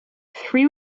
three